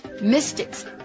mystics